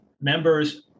members